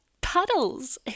puddles